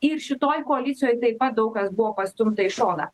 ir šitoj koalicijoj taip pat daug kas buvo pastumta į šoną